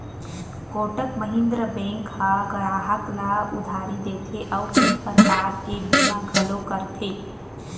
Kotak Mahindra bank ह गराहक ल उधारी देथे अउ कइ परकार के बीमा घलो करथे